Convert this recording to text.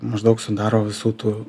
maždaug sudaro visų tų